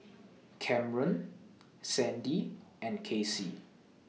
Kamren Sandie and Casey